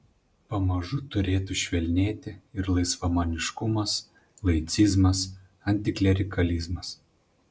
pamažu turėtų švelnėti ir laisvamaniškumas laicizmas antiklerikalizmas